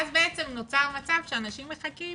ואז, בעצם נוצר מצב שאנשים מחכים